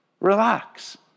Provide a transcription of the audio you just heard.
relax